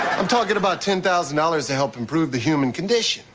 i'm talking about ten thousand dollars to help improve the human condition.